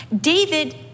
David